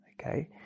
Okay